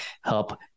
help